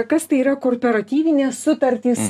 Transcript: kas tai yra korporatyvinės sutartys